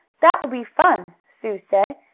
that will be fun! sue said.